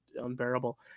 unbearable